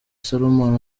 salomon